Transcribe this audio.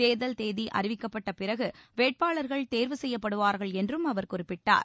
தேர்தல் தேதி அறிவிக்கப்பட்ட பிறகு வேட்பாளர்கள் தேர்வு செய்யப்படுவார்கள் என்றும் அவர் குறிப்பிட்டார்